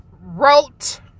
wrote